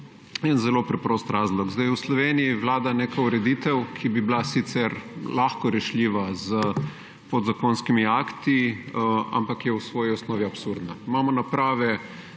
zelo preprost razlog. Zdaj v Sloveniji vlada neka ureditev, ki bi sicer lahko bila rešljiva s podzakonskimi akti, ampak je v svoji osnovi absurdna.